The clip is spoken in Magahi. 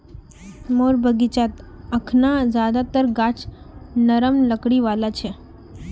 मोर बगीचात अखना ज्यादातर गाछ नरम लकड़ी वाला छ